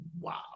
wow